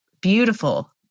beautiful